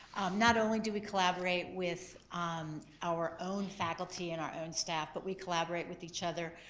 not only do we collaborate with um our own faculty and our own staff but we collaborate with each other.